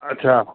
अछा